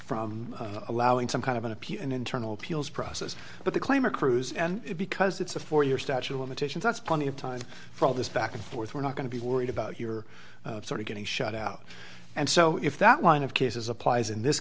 from allowing some kind of an appeal an internal appeals process but the claim accrues and because it's a four year statute of limitations that's plenty of time for all this back and forth we're not going to be worried about you're sort of getting shut out and so if that line of cases applies in this